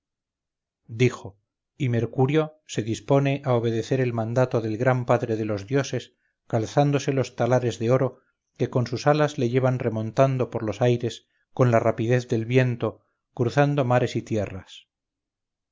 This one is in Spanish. dijo y mercurio se dispone a obedecer el mandato del gran padre de los dioses calzándose los talares de oro que con sus alas le llevan remontado por los aires con la rapidez del viento cruzando mares y tierras